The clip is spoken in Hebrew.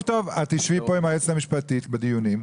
טוב, את תשבי פה עם היועצת המשפטית בדיונים.